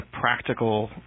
practical